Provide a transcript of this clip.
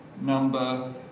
number